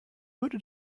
würde